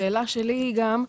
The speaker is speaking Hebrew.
השאלה שלי גם,